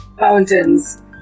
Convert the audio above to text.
Mountains